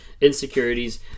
insecurities